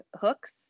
hooks